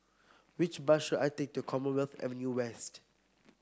which bus should I take to Commonwealth Avenue West